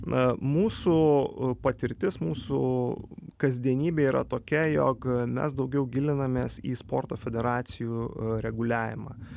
na mūsų patirtis mūsų kasdienybė yra tokia jog mes daugiau gilinamės į sporto federacijų reguliavimą